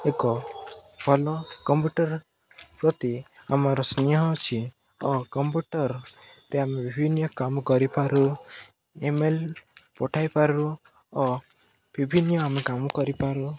ଏକ ଭଲ କମ୍ପ୍ୟୁଟର ପ୍ରତି ଆମର ସ୍ନେହ ଅଛି ଓ କମ୍ପ୍ୟୁଟରରେ ଆମେ ବିଭିନ୍ନ କାମ କରିପାରୁ ଇମେଲ ପଠାଇପାରୁ ଓ ବିଭିନ୍ନ ଆମେ କାମ କରିପାରୁ